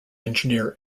engineer